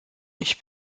ich